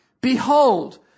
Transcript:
Behold